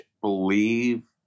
believe